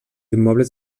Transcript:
immobles